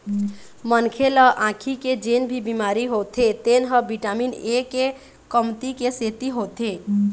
मनखे ल आँखी के जेन भी बिमारी होथे तेन ह बिटामिन ए के कमती के सेती होथे